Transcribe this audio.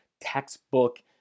textbook